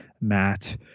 Matt